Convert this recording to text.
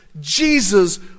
Jesus